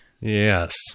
Yes